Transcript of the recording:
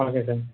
okay sir